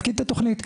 אני מבקש שתקשיבי.